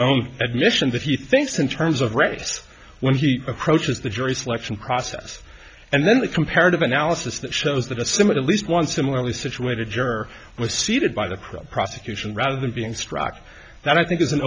own admission that he thinks in terms of race when he approaches the jury selection process and then the comparative analysis that shows that a similar at least one similarly situated juror was seated by the crown prosecution rather than being struck that i think is an